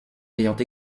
ayant